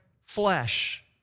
flesh